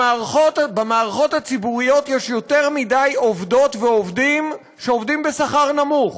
במערכות הציבוריות יש יותר מדי עובדות ועובדים שעובדים בשכר נמוך: